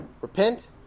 repent